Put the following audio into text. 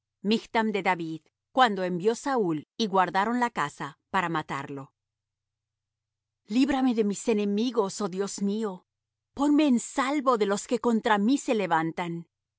michtam de david cuando envió saúl y guardaron la casa para matarlo librame de mis enemigos oh dios mío ponme en salvo de los que contra mí se levantan